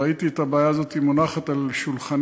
ראיתי את הבעיה הזאת מונחת על שולחני